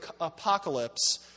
apocalypse